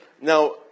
Now